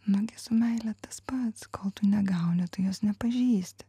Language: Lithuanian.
nu gi su meile tas pats ko tu negauni tu jos nepažįsti